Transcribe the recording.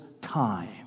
time